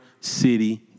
city